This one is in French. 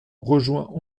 rejoint